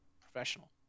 Professional